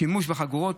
שימוש בחגורות,